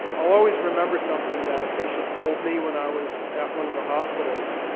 i'll always remember something that a patient told me when i was at one of the hospitals